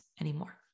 anymore